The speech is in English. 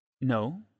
No